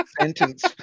sentence